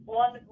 one